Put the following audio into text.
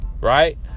Right